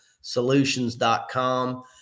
solutions.com